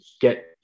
get